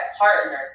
partners